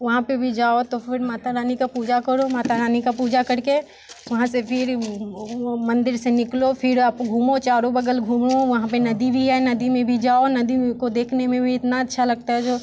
वहाँ पे भी जाओ तो फिर माता रानी का पूजा करो माता रानी का पूजा करके वहाँ से फिर वो मंदिर से निकलो फिर आप घूमो चारों बगल घूमो वहाँ पे नदी भी है नदी में भी जाओ नदी को देखने में भी इतना अच्छा लगता है जो